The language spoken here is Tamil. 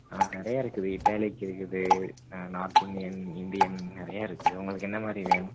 ஆ நிறையா இருக்குது இட்டேலிக் இருக்குது ந நார்த் இந்தியன் இந்தியன் நிறையா இருக்குது உங்களுக்கு என்ன மாதிரி வேணும்